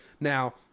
now